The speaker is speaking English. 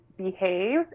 behave